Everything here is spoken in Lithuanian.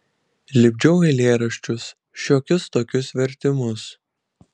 lipdžiau eilėraščius šiokius tokius vertimus